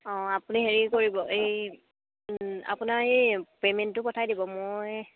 অঁ আপুনি হেৰি কৰিব এই আপোনাৰ এই পে'মেণ্টটো পঠাই দিব মই